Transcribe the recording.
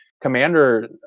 commander